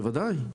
בוודאי.